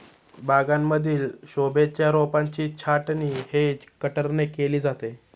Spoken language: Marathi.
बागांमधील शोभेच्या रोपांची छाटणी हेज कटरने केली जाते